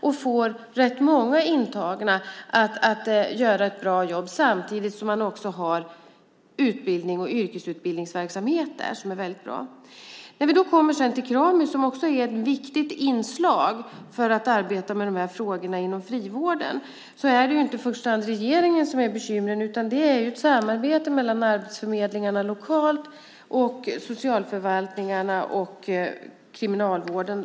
Man får rätt många intagna att göra ett bra jobb samtidigt som man har utbildnings och yrkesutbildningsverksamhet som är bra. Krami är också ett viktigt inslag för att arbeta med de här frågorna inom frivården. Det är inte i första hand regeringen som är bekymret, utan detta är ett samarbete mellan arbetsförmedlingarna lokalt, socialförvaltningarna och Kriminalvården.